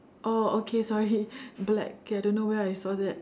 oh okay sorry black okay I don't know where I saw that